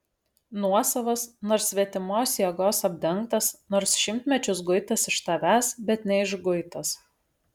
nuosavas nors svetimos jėgos apdengtas nors šimtmečius guitas iš tavęs bet neišguitas